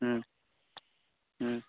ହୁଁ ହୁଁ